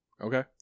Okay